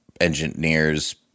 engineers